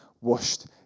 washed